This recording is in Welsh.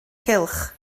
cylch